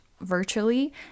virtually